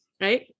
right